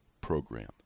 program